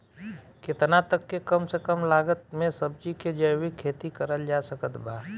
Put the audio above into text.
केतना तक के कम से कम लागत मे सब्जी के जैविक खेती करल जा सकत बा?